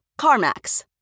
CarMax